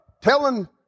telling